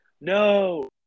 no